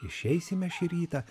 išeisime šį rytą